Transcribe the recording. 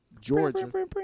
Georgia